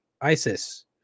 ISIS